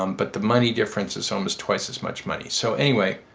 um but the money difference is almost twice as much money so anyway,